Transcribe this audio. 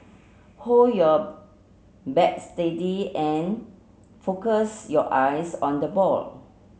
hold your bat steady and focus your eyes on the ball